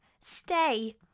stay